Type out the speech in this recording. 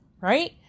right